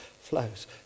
flows